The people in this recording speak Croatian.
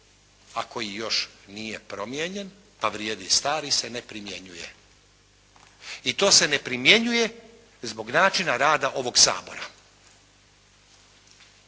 koji još nije promijenjen a vrijedi stari se ne primjenjuje i to se ne primjenjuje zbog načina rada ovog Sabora.